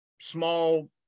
small